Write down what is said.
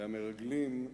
המרגלים,